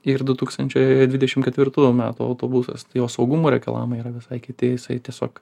ir du tūkstančiai dvidešim ketvirtųjų metų autobusas jo saugumo reikalavimai yra visai kiti jisai tiesiog